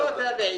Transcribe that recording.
פה זה הוועידה.